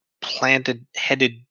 planted-headed